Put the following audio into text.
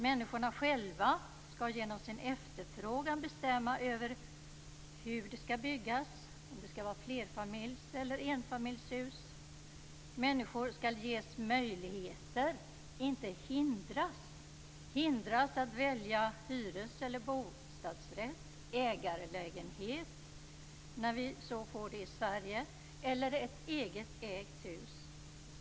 Människorna själva skall genom sin efterfrågan bestämma över hur det skall byggas, om det skall vara flerfamiljs eller enfamiljshus. Människor skall ges möjligheter, inte hindras, att välja hyres eller bostadsrätt, ägarlägenhet när vi får det i Sverige eller ett eget ägt hus.